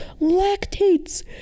lactates